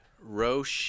Roche